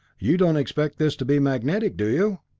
you don't expect this to be magnetic, do you?